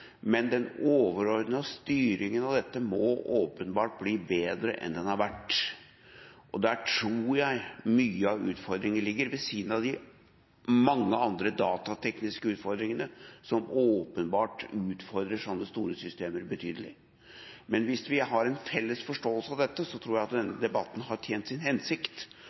Men den overordnede styringen av dette må bli bedre enn den har vært. Der tror jeg mye av utfordringen ligger, ved siden av de mange betydelige datatekniske utfordringene ved sånne store systemer. Hvis vi har en felles forståelse av dette, tror jeg at denne debatten har tjent sin hensikt,